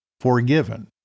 forgiven